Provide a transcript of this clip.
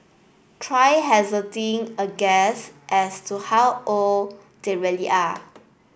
try hazarding a guess as to how old they really are